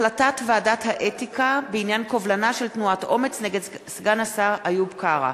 החלטת ועדת האתיקה בעניין קובלנה של תנועת "אומץ" נגד סגן השר איוב קרא.